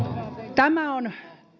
tämä on